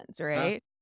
right